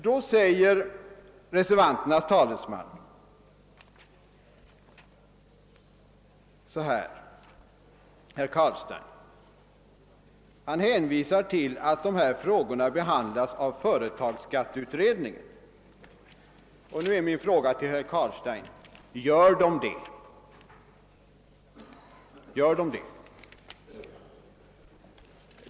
Reservanternas talesman, herr Carlstein, hänvisade i sitt anförande till att dessa spörsmål handlägges av företagsskatteutredningen. Nu är min fråga till herr Carlstein: Gör de det?